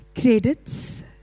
credits